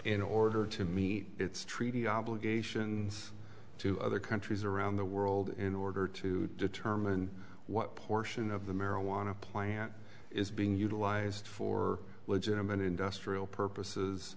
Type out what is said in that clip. in order to meet its treaty obligations to other countries around the world in order to determine what portion of the marijuana plant is being utilized for legitimate industrial purposes